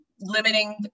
limiting